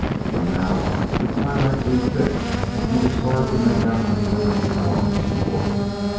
for now the twilight grew thick and it was hard to make out the glimmering forms before him.